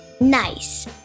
Nice